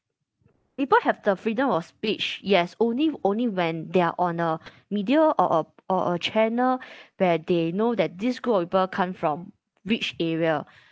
people have the freedom of speech yes only only when they're on a media or a or a channel where they know that this group of people come from which area